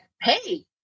hey